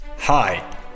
Hi